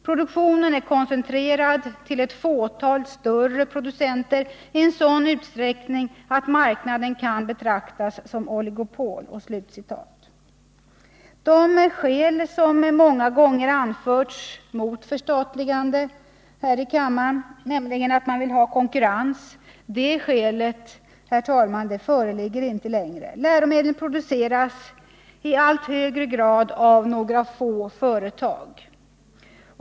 Produktionen är koncentrerad till ett fåtal större producenter i en :; utvecklingsarbete sådan utsträckning att marknaden kan betraktas som oligopol.” å E i = z dr z - inom skolväsendet, Det skäl som många gånger anförts här i kammaren mot ett förstatligande — Mm nämligen att man vill ha konkurrens — föreligger inte längre. Läromedlen produceras i allt högre grad av några få företag.